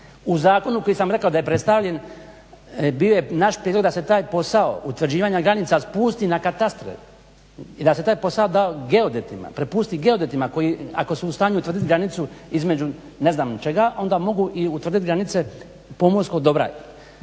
U zakonu koji sam rekao da je predstavljen bio je naš prijedlog da se taj posao utvrđivanja granica spusti na katastre i da se taj posao da geodetima, prepusti geodetima koji ako su u stanju utvrditi granicu između ne znam čega, onda mogu i utvrditi granica i pomorskog dobra.